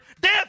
death